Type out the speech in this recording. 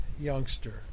youngster